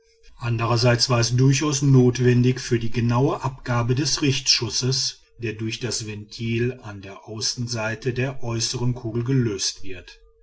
andererseits war es durchaus notwendig für die genaue abgabe des richtschusses der durch das ventil an der außenseite der äußeren kugel gelöst wird